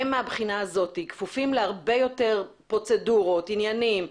מבחינה זאת הם כפופים להרבה יותר פרוצדורות ועניינים,